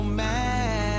mad